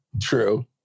True